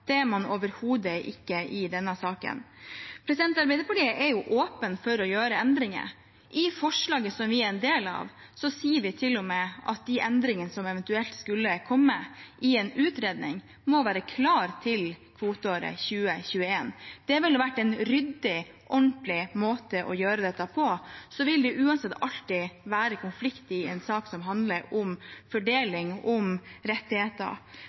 Det er man overhodet ikke i denne saken. Arbeiderpartiet er åpne for å gjøre endringer. I forslaget som vi er en del av, sier vi til og med at de endringene som eventuelt skulle komme i en utredning, må være klare til kvoteåret 2020/2021. Det ville vært en ryddig og ordentlig måte å gjøre dette på. Det vil uansett alltid være konflikt i en sak som handler om fordeling, om rettigheter,